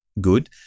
good